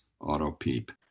auto-PEEP